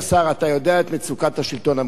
אתה יודע את מצוקת השלטון המקומי.